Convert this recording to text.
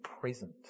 present